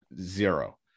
zero